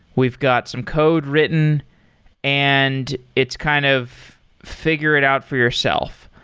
we've got some code written and it's kind of figure it out for yourself.